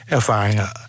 ervaringen